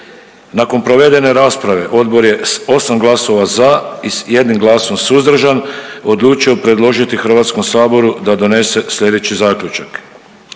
Nakon provedene rasprave odbor je s osam glasova za i s jednim glasom suzdržan odlučio predložiti HS-u da donese sljedeći zaključak,